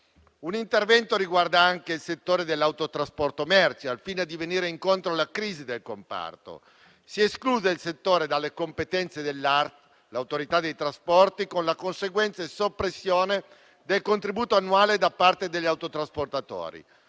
Un intervento riguarda anche il settore dell'autotrasporto merci, al fine di andare incontro alla crisi del comparto. Si esclude il settore dalle competenze dell'Autorità di regolazione dei trasporti (ART), con la conseguente soppressione del contributo annuale da parte degli autotrasportatori.